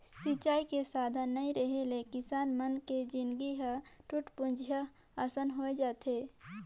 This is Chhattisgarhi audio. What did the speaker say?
सिंचई के साधन नइ रेहे ले किसान मन के जिनगी ह टूटपुंजिहा असन होए जाथे